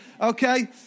Okay